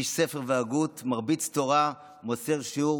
איש ספר והגות, מרביץ תורה, מוסר שיעור